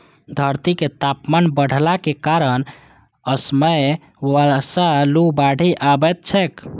धरतीक तापमान बढ़लाक कारणें असमय बर्षा, लू, बाढ़ि अबैत छैक